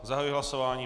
Zahajuji hlasování.